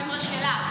החבר'ה שלה.